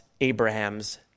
Abraham's